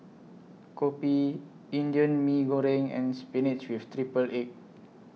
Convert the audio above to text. Kopi Indian Mee Goreng and Spinach with Triple Egg